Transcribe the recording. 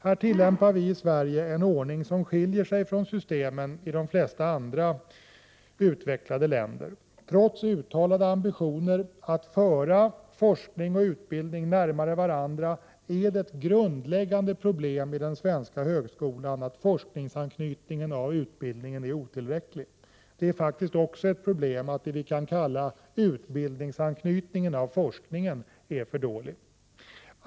Här tillämpar vi i Sverige en ordning som skiljer sig från de system som tillämpas i de flesta andra utvecklade länder. Det är ett grundläggande problem i den svenska högskolan att utbildningens forskningsanknytning är otillräcklig, trots uttalade ambitioner att föra forskning och utbildning närmare varandra. Det är också ett problem att forskningens anknytning till utbildningen är för dålig.